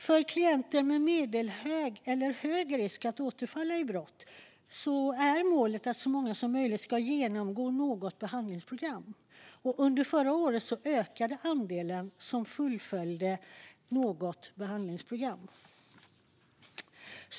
För klienter med medelhög eller hög risk att återfalla i brott är målet att så många som möjligt ska genomgå något behandlingsprogram. Under förra året ökade andelen som fullföljde ett behandlingsprogram.